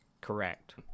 Correct